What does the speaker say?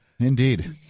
Indeed